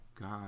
God